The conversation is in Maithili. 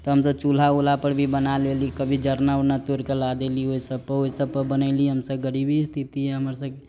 तऽ हमसब चूल्हा उल्हा पर भी बना लेली कभी जरना उरना तोड़ के ला देली ओहिसब पर ओहिसब पर बनेली हमसब गरीबी स्थिति है हमर सबके